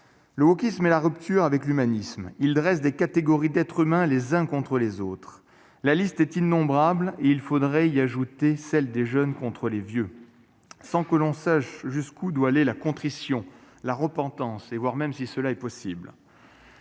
le bouddhisme, la rupture avec l'humanisme, il dresse des catégories d'être s'humains les uns contre les autres, la liste est innombrable et il faudrait-il y ajouter celle des jeunes contre les vieux, sans que l'on sache jusqu'où doit aller la contrition la repentance et voire même si cela est possible.